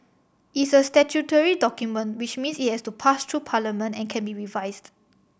it is a statutory document which means it has to pass through Parliament and can be revised